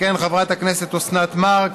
תכהן חברת הכנסת אוסנת מארק,